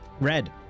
Red